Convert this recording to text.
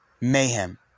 mayhem